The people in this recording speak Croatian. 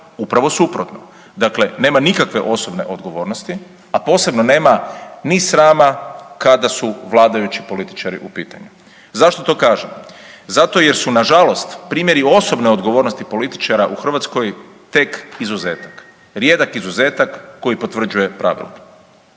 upravo suprotno. Dakle, nema nikakve osobne odgovornosti, a posebno nema ni srama kada su vladajući političari u pitanju. Zašto to kažem? Zato jer su na žalost primjeri osobne odgovornosti političara u Hrvatskoj tek izuzetak, rijedak izuzetak koji potvrđuje pravilo.